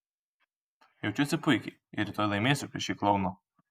jaučiuosi puikiai ir rytoj laimėsiu prieš šį klouną